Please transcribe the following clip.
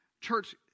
Church